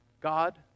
God